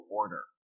order